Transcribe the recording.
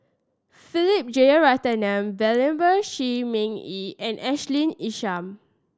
Philip Jeyaretnam Venerable Shi Ming Yi and Ashley Isham